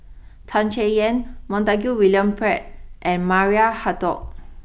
Tan Chay Yan Montague William Pett and Maria Hertogh